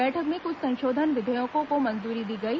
बैठक में कुछ संशोधन विधेयकों को मंजूरी दी गई